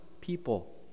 people